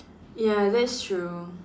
ya that's true